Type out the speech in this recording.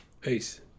Peace